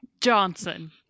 Johnson